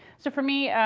so for me,